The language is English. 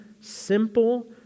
simple